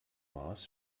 maß